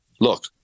Look